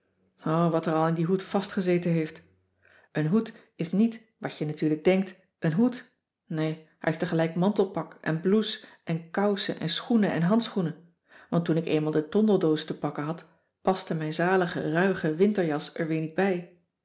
wat er al aan dien hoed vastgezeten heeft een hoed is niet wat je natuurlijk denkt een hoed nee hij is tegelijk mantelpak en blouse en kousen en schoenen en handschoenen want toen ik eenmaal de tondeldoos te pakken had paste mijn zalige ruige winterjas er weer niet bij